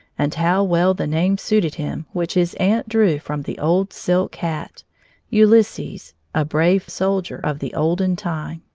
and how well the name suited him which his aunt drew from the old silk hat ulysses a brave soldier of the olden time!